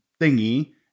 thingy